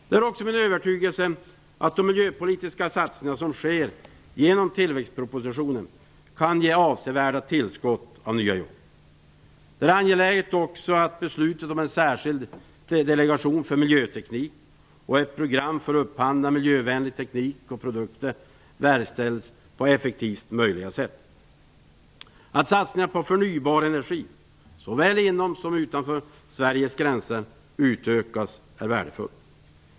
Det är också min övertygelse att de miljöpolitiska satsningar som sker genom tillväxtpropositionen kan ge avsevärda tillskott av nya jobb. Det är också angeläget att beslutet om en särskild delegation för miljöteknik och ett program för att upphandla miljövänlig teknik och miljövänliga produkter verkställs på ett så effektivt sätt som möjligt. Att satsningarna på förnybar energi, såväl inom som utanför Sveriges gränser, utökas är värdefullt.